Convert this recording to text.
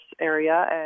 area